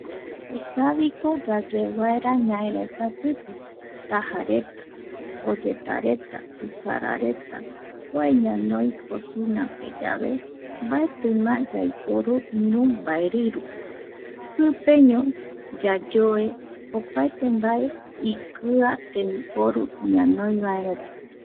Ikaviko yayoe vaera ñaereta pipe, taja reta, oyeta reta. Kusara reta kua ñanoi cocinape yave mbaetima yaiporu iru mbaeriru, pipeño yayoe opaete mbae tembiporu ikia ñanoi vaereta.